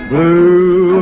Blue